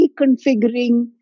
reconfiguring